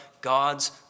God's